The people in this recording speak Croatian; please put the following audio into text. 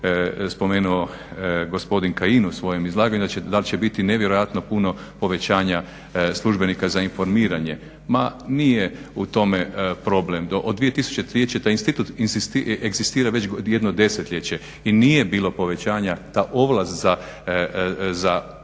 spomenuo gospodin Kajin u svojem izlaganju, da će biti nevjerojatno puno povećanja službenika za informiranje, ma nije u tome problem, od 2013. će taj institut egzistira već godinama, već jedno desetljeće i nije bilo povećanja, ta ovlast za informiranje